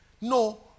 No